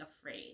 afraid